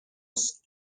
است